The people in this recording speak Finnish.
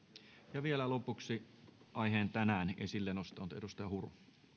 ja vielä lopuksi aiheen tänään esille nostanut edustaja huru